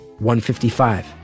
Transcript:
155